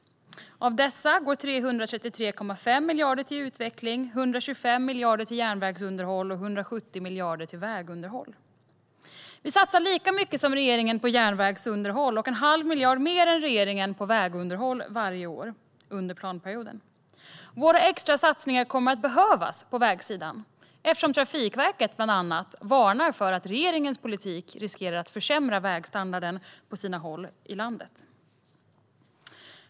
Av dessa går 333,5 miljarder till utveckling, 125 miljarder till järnvägsunderhåll och 170 miljarder till vägunderhåll. Vi satsar lika mycket som regeringen på järnvägsunderhåll och en halv miljard mer än regeringen på vägunderhåll varje år under planperioden. Våra extra satsningar på vägsidan kommer att behövas eftersom bland annat Trafikverket varnar för att regeringens politik riskerar att försämra vägstandarden på sina håll i landet.